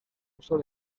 uso